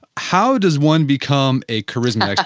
how does one become a charismatic